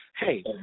Hey